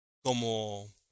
Como